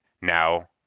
now